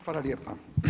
Hvala lijepa.